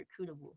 recruitable